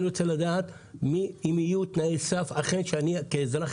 אני רוצה לדעת אם יהיו תנאי סף שאני כאזרח,